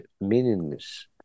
meaningless